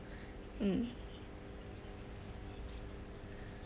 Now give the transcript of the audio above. mm